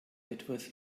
etwas